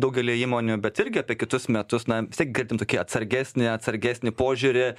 daugelyje įmonių bet irgi apie kitus metus na vis tiek girdim tokį atsargesnį atsargesnį požiūrį